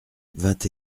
vingt